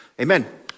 Amen